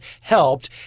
helped